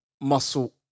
muscle